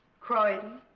croydon